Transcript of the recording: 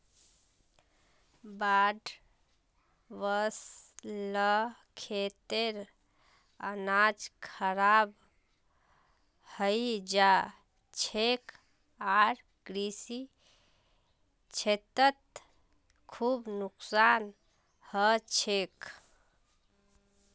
बाढ़ वस ल खेतेर अनाज खराब हई जा छेक आर कृषि क्षेत्रत खूब नुकसान ह छेक